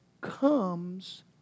comes